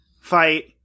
fight